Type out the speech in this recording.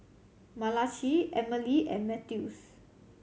Malachi Emilie and Mathews